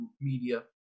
media